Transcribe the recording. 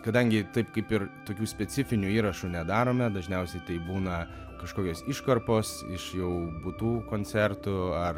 kadangi taip kaip ir tokių specifinių įrašų nedarome dažniausiai tai būna kažkokios iškarpos iš jau būtų koncertų ar